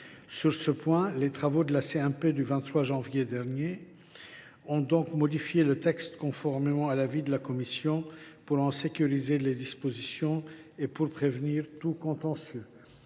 Sur ce point, la CMP du 23 janvier dernier a modifié le texte conformément à l’avis de la Commission pour en sécuriser les dispositions et prévenir tout contentieux.